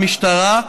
משטרה,